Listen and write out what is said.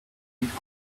niet